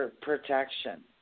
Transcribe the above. protection